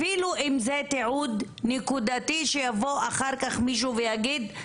אפילו אם זה תיעוד נקודתי שיבוא אחר-כך מישהו ויגיד,